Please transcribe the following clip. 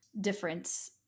difference